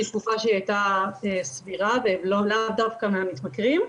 שהיא תקופה שהייתה סבירה והם לאו דווקא מהמתמכרים.